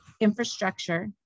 infrastructure